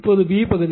இப்போது B பகுதி